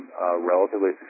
relatively